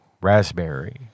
raspberry